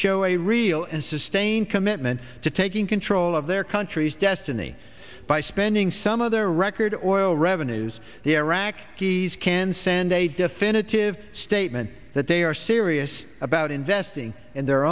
show a real and sustained commitment to taking control of their country's destiny by spending some of their record oil revenues the iraqis can send a definitive statement that they are serious about investing in their